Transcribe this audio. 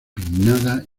pinnadas